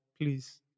please